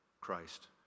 Christ